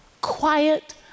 quiet